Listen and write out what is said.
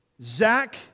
Zach